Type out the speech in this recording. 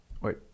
Wait